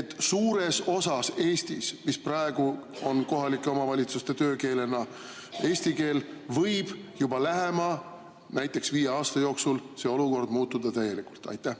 et suures osas Eestis, kus praegu on kohalike omavalitsuste töökeel eesti keel, võib juba lähema näiteks viie aasta jooksul see olukord täielikult